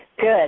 Good